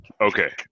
Okay